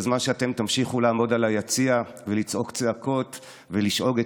בזמן שאתם תמשיכו לעמוד ביציע ולצעוק צעקות ולשאוג את